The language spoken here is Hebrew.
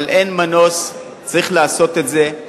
אבל אין מנוס, צריך לעשות את זה.